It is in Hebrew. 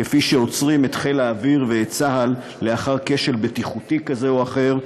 כפי שעוצרים את חיל האוויר ואת צה"ל לאחר כשל בטיחותי כזה או אחר,